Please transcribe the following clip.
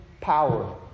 power